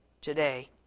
today